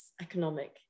economic